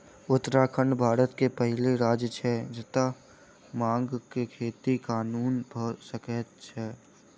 उत्तराखंड भारत के पहिल राज्य छै जतअ भांग के खेती कानूनन भअ सकैत अछि